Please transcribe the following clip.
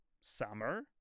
Summer